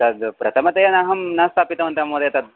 तद् प्रथमतया अहं न स्थापितवन्तः महोदय तद्